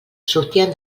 sortien